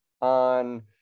on